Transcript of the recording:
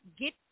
get